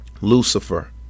Lucifer